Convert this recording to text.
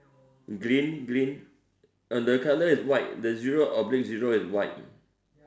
green green uh the color is white the zero oblique zero is white